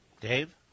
Dave